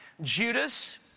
Judas